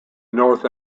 north